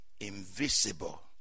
invisible